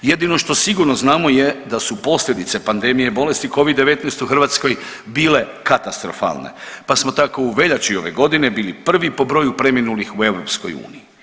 Jedino što sigurno znamo je da su posljedice pandemije bolesti Covid-19 u Hrvatskoj bile katastrofalne pa smo tako u veljači ove godine bili prvi po broju preminulih u EU.